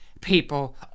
people